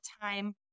time